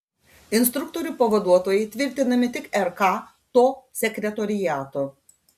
instruktorių pavaduotojai tvirtinami tik rk to sekretoriato